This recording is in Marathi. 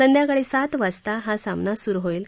संध्याकाळी सात वाजता हा सामना सुरु होईल